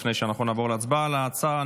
לפני שנעבור להצבעה על ההצעה.